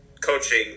coaching